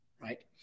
Right